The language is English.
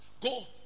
go